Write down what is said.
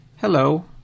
hello